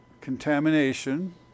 contamination